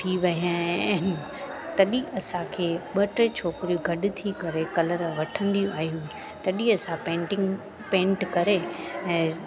थी विया आहिनि तॾहिं असांखे ॿ टे छोकिरियूं गॾिजी कलर वठंदियूं आहियो तॾहिं असां पेंटिग पेंट करे ऐं